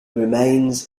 remains